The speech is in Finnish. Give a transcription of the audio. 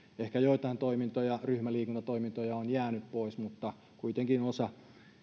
ehkä joitain toimintoja ryhmäliikuntatoimintoja on jäänyt pois mutta kuitenkin osa